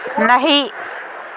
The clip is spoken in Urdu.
نہیں